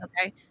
okay